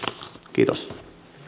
kiitos